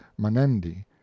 manendi